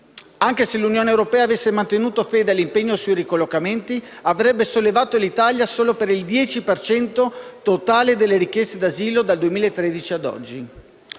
Anche se l'Unione europea avesse mantenuto fede all'impegno sui ricollocamenti, avrebbe sollevato l'Italia solo per il 10 per cento del totale delle richieste d'asilo dal 2013 a oggi.